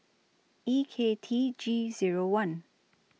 E K T G Zero one